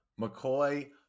McCoy